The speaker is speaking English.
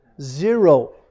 Zero